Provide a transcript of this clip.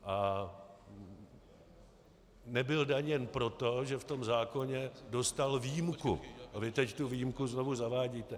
A nebyl daněn proto, že v tom zákoně dostal výjimku, a vy teď tu výjimku znovu zavádíte.